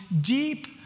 deep